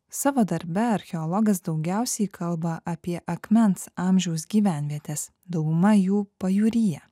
savo darbe archeologas daugiausiai kalba apie akmens amžiaus gyvenvietes dauguma jų pajūryje